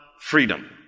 freedom